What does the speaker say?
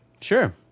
Sure